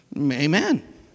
amen